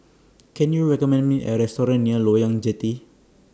Can YOU recommend Me A Restaurant near Loyang Jetty